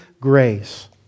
grace